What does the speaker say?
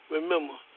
Remember